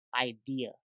idea